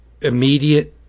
immediate